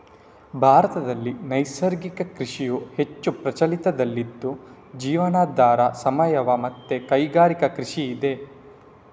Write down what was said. ಭಾರತದಲ್ಲಿ ನೈಸರ್ಗಿಕ ಕೃಷಿಯು ಹೆಚ್ಚು ಪ್ರಚಲಿತದಲ್ಲಿ ಇದ್ದು ಜೀವನಾಧಾರ, ಸಾವಯವ ಮತ್ತೆ ಕೈಗಾರಿಕಾ ಕೃಷಿ ಇದೆ